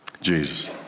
Jesus